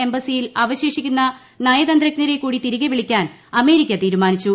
എംബസിയിൽ അവശേഷിക്കുന്ന നയതന്ത്രജ്ഞരെ കൂടി തിരികെ വിളിക്കാൻ അമേരിക്ക തീരുമാനിച്ചു